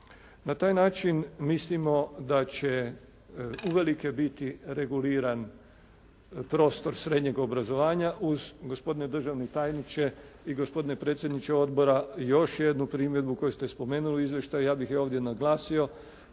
Na taj način mislimo da će uvelike biti reguliran prostor srednjeg obrazovanja uz gospodine državni tajniče i gospodine predsjedniče odbora još jednu primjedbu koju ste i spomenuli u izvještaju, ja bih je ovdje naglasio,